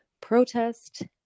protest